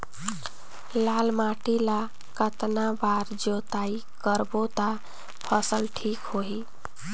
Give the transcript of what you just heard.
लाल माटी ला कतना बार जुताई करबो ता फसल ठीक होती?